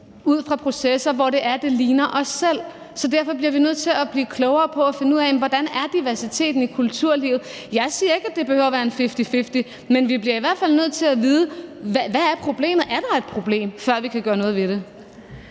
ud fra processer, hvor nogen ligner os selv. Så derfor bliver vi nødt til at blive klogere på det og finde ud af, hvordan diversiteten er i kulturlivet. Jeg siger ikke, at det behøver at være fifty-fifty, men vi bliver i hvert fald nødt til at vide, hvad problemet er, og om der er et problem, før vi kan gøre noget ved det.